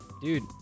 Dude